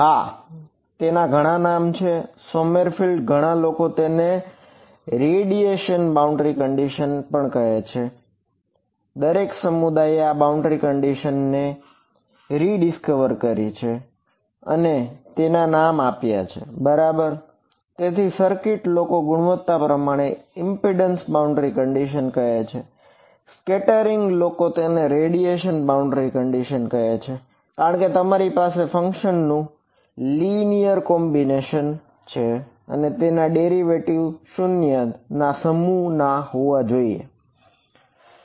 હા ઘણા નામ છે સોમરફેલ્ડ 0 ના સમૂહ ના હોવા જોઈએ બરાબર